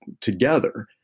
together